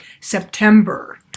September